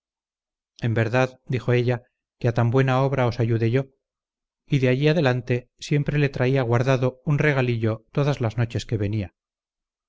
en verdad dijo ella que a tan buena obra os ayude yo y de allí adelante siempre le tenía guardado un regalillo todas las noches que venía